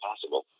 possible